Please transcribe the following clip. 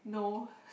no